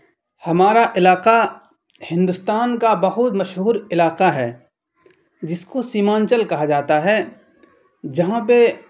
ہمارا علاقہ ہندوستان کا بہت مشہور علاقہ ہے جس کو سیمانچل کہا جاتا ہے جہاں پہ